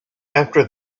after